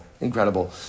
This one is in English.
incredible